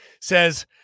says